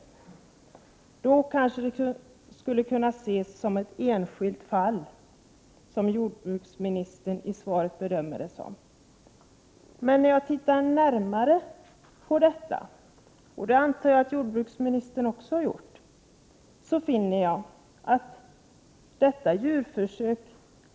I så fall hade dessa försök kanske kunnat ses som ett enskilt fall, som jordbruksministern i svaret bedömer det som. Men när jag tittar närmare på detta — och det antar jag att även jordbruksministern har gjort — finner jag att denna typ av djurförsök skiljer sig från andra.